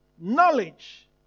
knowledge